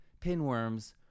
pinworms